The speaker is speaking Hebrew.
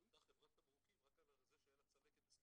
בנתה חברת תמרוקים רק על זה שהייתה לה צלקת אסטטית.